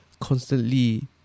constantly